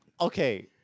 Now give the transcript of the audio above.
Okay